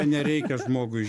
nereikia žmogui